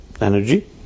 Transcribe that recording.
energy